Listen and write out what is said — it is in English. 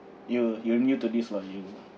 you you're new to this what you